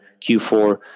Q4